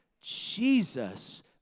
Jesus